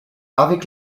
avec